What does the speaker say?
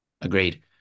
Agreed